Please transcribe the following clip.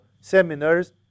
seminars